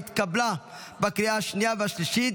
התקבלה בקריאה השנייה והשלישית,